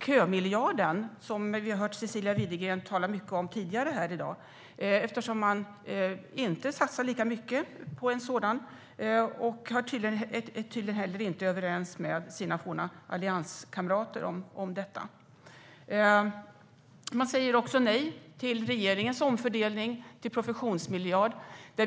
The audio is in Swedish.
kömiljarden, som vi har hört Cecilia Widegren tala mycket om tidigare i dag, eftersom man inte satsar lika mycket på en sådan och tydligen inte heller är överens med sina forna allianskamrater om detta. Man säger också nej till regeringens omfördelning till professionsmiljard.